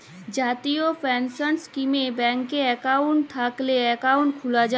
জাতীয় পেলসল ইস্কিমে ব্যাংকে একাউল্ট থ্যাইকলে একাউল্ট খ্যুলা যায়